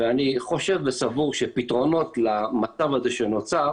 ואני חושב וסבור שפתרונות למצב הזה שנוצר